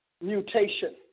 mutation